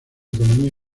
economía